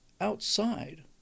outside